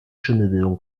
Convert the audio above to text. schimmelbildung